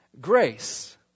Grace